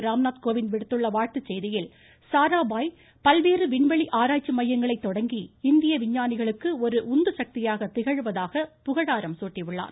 ராம்நாத் கோவிந்த் விடுத்துள்ள வாழ்த்துச் செய்தியில் சாராபாய் பல்வேறு விண்வெளி ஆராய்ச்சி மையங்களைத் தொடங்கி இந்திய விஞ்ஞானிகளுக்கு ஒரு உந்துசக்தியாக திகழ்வதாக புகழாரம் குட்டியுள்ளார்